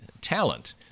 talent